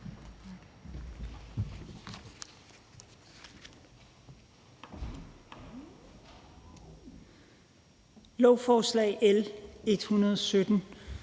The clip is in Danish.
Lovforslag L 117